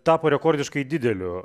tapo rekordiškai dideliu